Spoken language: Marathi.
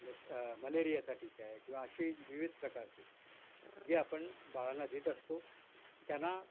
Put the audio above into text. याचं मलेरियाचा टिका आहे किंवा अशी विविध प्रकारचे जे आपण बाळांना देत असतो त्यांना